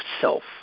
self